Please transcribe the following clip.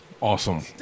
Awesome